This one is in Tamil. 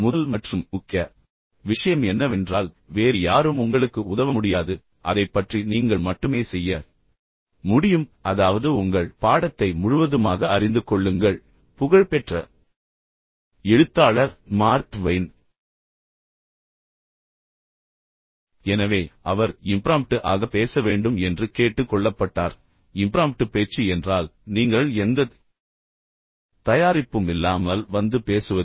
முதல் மற்றும் முக்கிய விஷயம் என்னவென்றால் வேறு யாரும் உங்களுக்கு உதவ முடியாது அதைப் பற்றி நீங்கள் மட்டுமே செய்ய முடியும் அதாவது உங்கள் பாடத்தை முழுவதுமாக அறிந்து கொள்ளுங்கள் புகழ்பெற்ற எழுத்தாளர் மார்க் ட்வைன் எனவே அவர் இம்ப்ராம்ப்ட்டு ஆக பேச வேண்டும் என்று கேட்டுக் கொள்ளப்பட்டார் இம்ப்ராம்ப்ட்டு பேச்சு என்றால் நீங்கள் எந்தத் தயாரிப்பும் இல்லாமல் வந்து பேசுவது